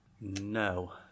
No